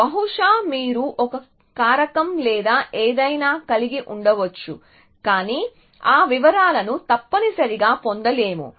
బహుశా మీరు ఒక కారకం లేదా ఏదైనా కలిగి ఉండవచ్చు కానీ ఆ వివరాలను తప్పనిసరిగా పొందలేము